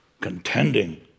Contending